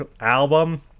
album